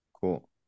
Cool